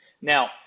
Now